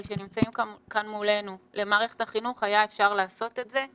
שנמצאים כאן מולנו למערכת החינוך היה אפשר לעשות את זה,